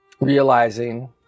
realizing